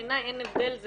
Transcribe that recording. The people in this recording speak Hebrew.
בעיניי אין הבדל,